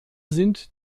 sind